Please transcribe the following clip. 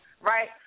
right